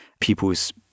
people's